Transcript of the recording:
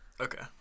Okay